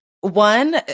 one